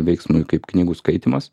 veiksmui kaip knygų skaitymas